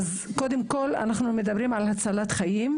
קודם כול, אנחנו מדברים על הצלת חיים,